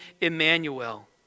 Emmanuel